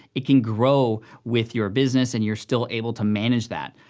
it can grow with your business, and you're still able to manage that.